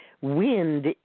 wind